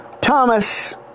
Thomas